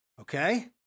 Okay